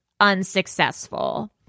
unsuccessful